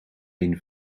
één